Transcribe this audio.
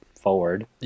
forward